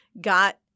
got